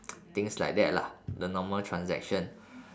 things like that lah the normal transaction